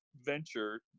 venture